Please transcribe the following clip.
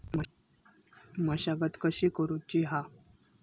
मशागत कशी करूची हा?